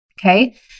Okay